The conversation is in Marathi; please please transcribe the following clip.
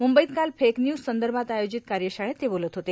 मुंबईत काल फेकन्यूज संदर्भात आयोजित कार्यशाळेत ते बोलत होते